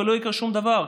ולא יקרה שום דבר,